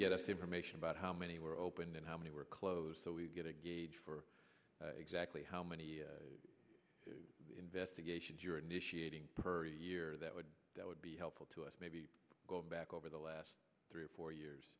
us information about how many were opened and how many were closed so we get a gauge for exactly how many investigations you're initiating per year that would that would be helpful to us maybe go back over the last three or four years